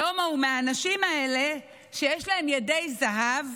שלמה הוא מהאנשים האלה שיש להם ידי זהב,